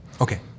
okay